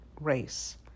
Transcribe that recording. race